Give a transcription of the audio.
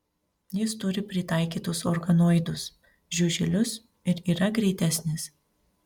jis turi pritaikytus organoidus žiuželius ir yra greitesnis